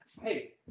Hey